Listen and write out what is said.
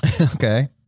okay